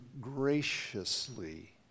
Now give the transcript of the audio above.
graciously